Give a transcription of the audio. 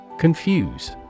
Confuse